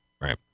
Right